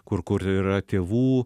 kur kur yra tėvų